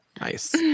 Nice